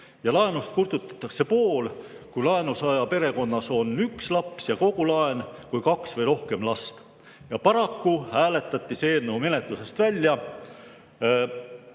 Laenust kustutatakse pool, kui laenusaaja perekonnas on üks laps, ja kogu laen, kui on kaks või rohkem last. Paraku hääletati see eelnõu menetlusest välja.